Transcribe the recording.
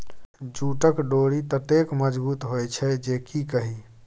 जूटक डोरि ततेक मजगुत होए छै जे की कही